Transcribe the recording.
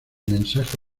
mensaje